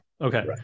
Okay